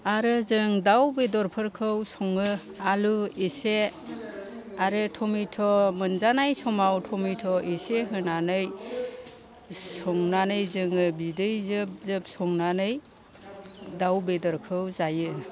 आरो जों दाउ बेदरफोरखौ सङो आलु इसे आरो टमेट' मोनजानाय समाव टमेट' इसे होनानै संनानै जोङो बिदै जोब जोब संनानै दाउ बेदरखौ जायो